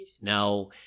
Now